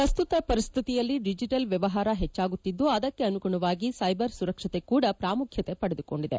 ಪ್ರಸ್ತುತ ಪರಿಶ್ಧಿತಿಯಲ್ಲಿ ಡಿಜಿಟಲ್ ವ್ಕವಹಾರ ಹೆಚ್ಚಾಗುತ್ತಿದ್ದು ಅದಕ್ಕೆ ಅನುಗುಣವಾಗಿ ಸೈಬರ್ ಸುರಕ್ಷತೆ ಕೂಡ ಪಾಮುಖ್ಯತೆ ಪಡೆದುಕೊಂಡಿದೆ